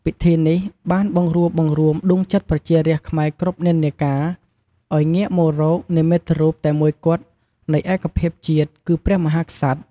ពិធីនេះបានបង្រួបបង្រួមដួងចិត្តប្រជារាស្ត្រខ្មែរគ្រប់និន្នាការ ឲ្យងាកមករក និមិត្តរូបតែមួយគត់នៃឯកភាពជាតិ គឺព្រះមហាក្សត្រ។